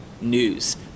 news